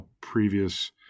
previous